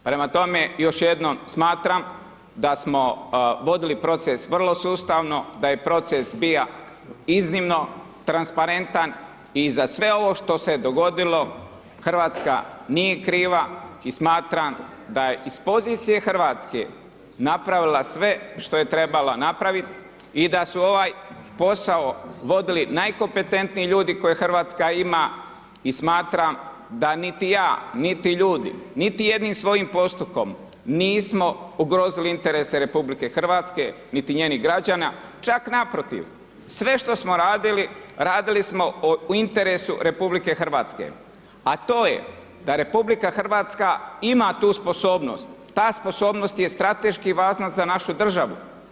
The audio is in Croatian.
Prema tome, još jednom smatram, da smo vodili proces vrlo sustavno, da je proces bio iznimno transparentan i za sve ovo što se je dogodilo, Hrvatska nije kriva i smatram da je iz pozicije Hrvatske, napravila sve što je trebala napraviti i da su ovaj posao vodili najkompetentniji ljudi koje Hrvatska ima, i smatram da niti ja, niti ljudi, niti jednim svojim postupkom, nismo ugrozili interese RH, niti njenih građana, čak naprotiv, sve što smo radili, radili smo u interesu RH, a to je da RH ima tu sposobnost, ta sposobnost je strateški važna za našu državu.